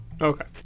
Okay